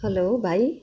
hello भाइ